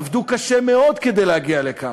שעבדו קשה מאוד כדי להגיע לכאן,